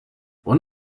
one